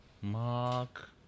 Mark